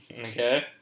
Okay